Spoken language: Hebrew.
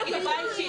יפה, זה לא אישי.